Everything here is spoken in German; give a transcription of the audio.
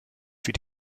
für